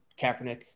Kaepernick